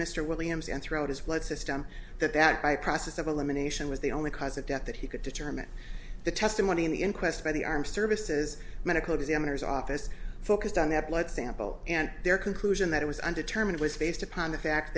mr williams and throughout his blood system that that by process of elimination was the only cause of death that he could determine the testimony in the inquest by the armed services medical examiner's office focused on that blood sample and their conclusion that it was undetermined was based upon the fact